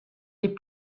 les